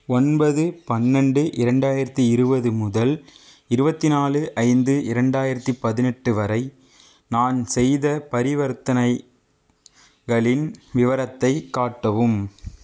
ஒன்பது பண்ணென்ண்டு இரண்டாயிரத்து இருபது முதல் இருபத்தி நாலு ஐந்து இரண்டாயிரத்து பதினெட்டு வரை நான் செய்த பரிவர்த்தனைகளின் விவரத்தை காட்டவும்